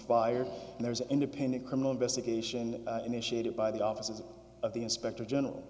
fired and there's independent criminal investigation initiated by the offices of the inspector general